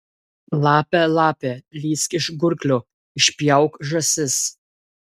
lape lape lįsk iš gurklio išpjauk žąsis